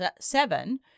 seven